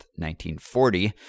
1940